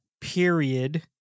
period